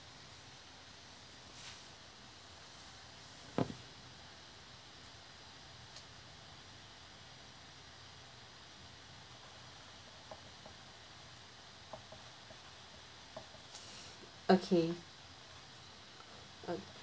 okay